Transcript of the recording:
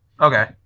Okay